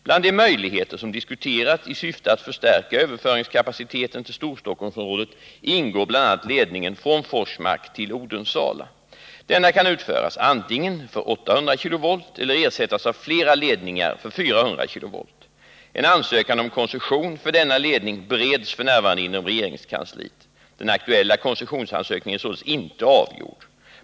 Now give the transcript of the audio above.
Bland de möjligheter som diskuterats i syfte att förstärka överföringskapaciteten till Storstockholmsområdet ingår bl.a. ledningen från Forsmark till Odensala. Denna kan utföras antingen för 800 kV eller ersättas med flera ledningar för 400 kV. En ansökan om koncession för denna ledning bereds f.n. inom regeringskansliet. Den aktuella koncessionsansökningen är således inte avgjord.